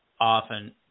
often